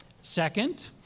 Second